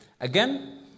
Again